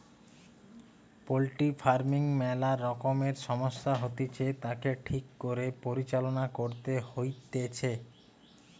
poultry farming ম্যালা রকমের সমস্যা হতিছে, তাকে ঠিক করে পরিচালনা করতে হইতিছে